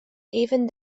even